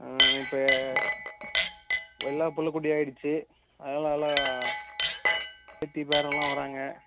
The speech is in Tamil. இப்போ எல்லாம் புள்ளக்குட்டியாக ஆயிடுச்சு அதனால் பேத்தி பேரன்லாம் வராங்க